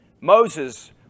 Moses